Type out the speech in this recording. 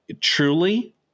truly